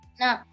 No